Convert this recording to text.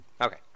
Okay